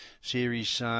series